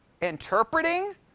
interpreting